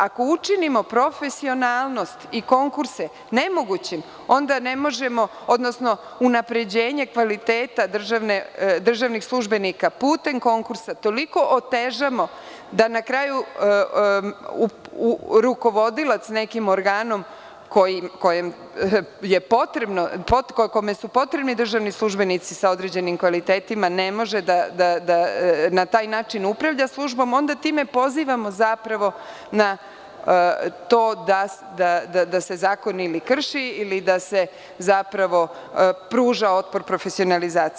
Ako učinimo profesionalnost i konkurse nemogućim, odnosno unapređenje kvaliteta državnih službenika putem konkursa toliko otežamo da na kraju rukovodilac nekim organom kome su potrebni državni službenici sa određenim kvalitetima, ne može da na taj način upravlja službom, onda time zapravo pozivamo na to da se zakon ili krši, ili da se zapravo pruža otpor profesionalizaciji.